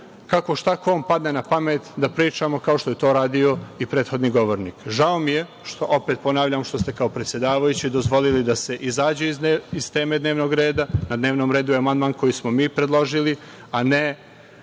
kako šta kome padne na pamet da pričamo, kao što je to radio i prethodni govornik. Žao mi je što, opet ponavljam, što ste kao predsedavajući dozvolili da se izađe iz teme dnevnog reda, a na dnevnom redu je amandman koji smo mi predložili, a ne